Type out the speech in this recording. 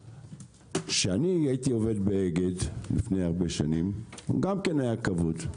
כאשר אני הייתי עובד באגד לפני הרבה שנים גם כן היה כבוד.